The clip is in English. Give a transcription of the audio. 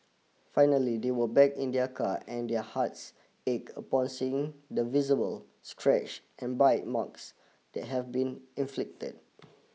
finally they went back in their car and their hearts ached upon seeing the visible scratches and bite marks that had been inflicted